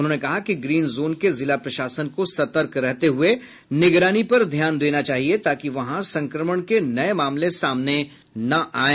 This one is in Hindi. उन्होने कहा कि ग्रीन जोन के जिला प्रशासन को सतर्क रहते हुए निगरानीपर ध्यान देना चाहिए ताकि वहां संक्रमण के नए मामले सामने न आएं